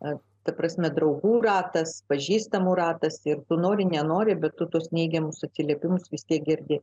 ar ta prasme draugų ratas pažįstamų ratas ir tu nori nenori bet tu tuos neigiamus atsiliepimus vis tiek girdi